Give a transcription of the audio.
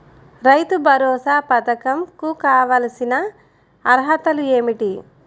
రైతు భరోసా పధకం కు కావాల్సిన అర్హతలు ఏమిటి?